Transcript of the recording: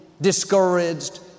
discouraged